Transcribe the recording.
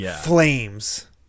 flames